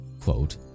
Quote